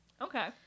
Okay